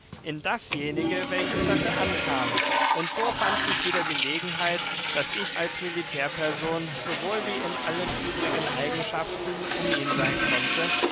in dasjenige welches dafür ankam und so fand sich wieder gelegenheit daß ich als militärperson sowohl wie in allen übrigen eigenschaften um ihn sein konnte